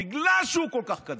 בגלל שהוא כל כך קדוש.